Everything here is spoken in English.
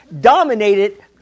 dominated